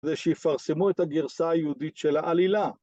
זה שיפרסמו את הגרסה היהודית של העלילה.